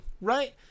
Right